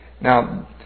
Now